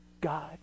God